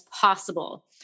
possible